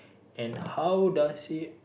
and how does he